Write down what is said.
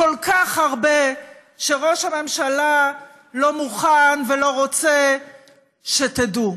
כל כך הרבה שראש הממשלה לא מוכן ולא רוצה שתדעו.